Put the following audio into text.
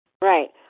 Right